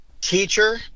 teacher